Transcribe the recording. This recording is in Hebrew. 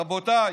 רבותיי.